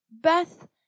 Beth